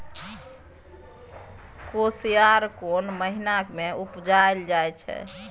कोसयार कोन महिना मे उपजायल जाय?